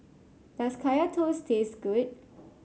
does Kaya Toast taste good